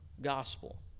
gospel